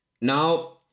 now